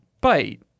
bite